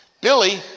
Billy